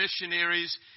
missionaries